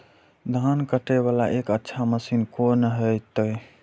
धान कटे वाला एक अच्छा मशीन कोन है ते?